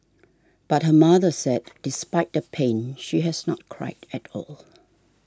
but her mother said despite the pain she has not cried at all